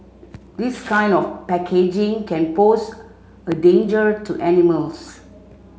this kind of packaging can pose a danger to animals